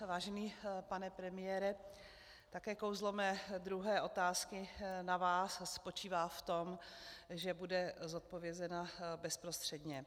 Vážený pane premiére, také kouzlo mé druhé otázky na vás spočívá v tom, že bude zodpovězena bezprostředně.